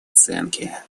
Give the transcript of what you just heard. оценке